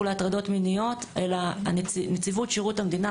להטרדות מיניות אלא נציבות שירות המדינה,